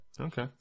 Okay